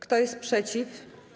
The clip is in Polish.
Kto jest przeciw?